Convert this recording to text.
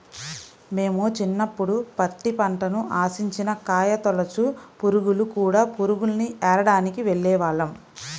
మేము చిన్నప్పుడు పత్తి పంటని ఆశించిన కాయతొలచు పురుగులు, కూడ పురుగుల్ని ఏరడానికి వెళ్ళేవాళ్ళం